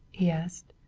he asked.